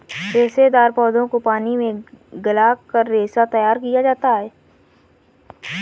रेशेदार पौधों को पानी में गलाकर रेशा तैयार किया जाता है